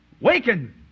waken